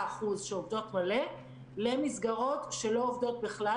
אחוז שעובדות מלא למסגרות שלא עובדות בכלל,